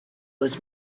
was